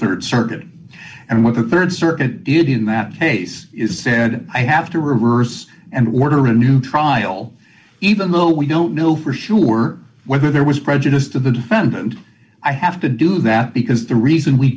the rd circuit and what a rd circuit did in that case is said i have to reverse and order a new trial even though we don't know for sure whether there was prejudice to the defendant i have to do that because the reason we